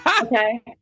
Okay